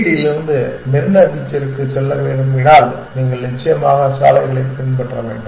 D யிலிருந்து மெரினா பீச்சிற்கு செல்ல விரும்பினால் நீங்கள் நிச்சயமாக சாலைகளைப் பின்பற்ற வேண்டும்